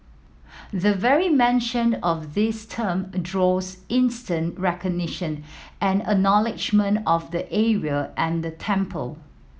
the very mentioned of this term draws instant recognition and acknowledgement of the area and the temple